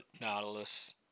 Nautilus